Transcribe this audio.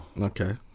okay